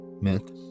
myth